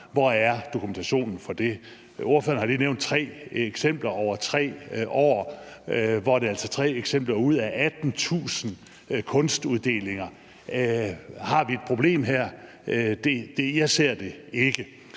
Hvor er dokumentationen for det? Ordføreren har lige nævnt tre eksempler over 3 år, hvor det altså er tre eksempler ud af 18.000 kunstuddelinger. Har vi et problem her? Jeg ser det ikke.